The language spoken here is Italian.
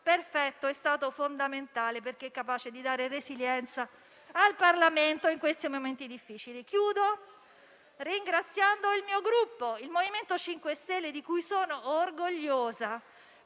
perfetto è stato fondamentale, perché capace di dare resilienza al Parlamento in questi momenti difficili. Concludo ringraziando il mio Gruppo, il MoVimento 5 Stelle, di cui sono orgogliosa,